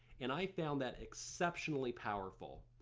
and i found that exceptionally powerful,